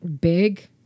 big